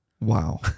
wow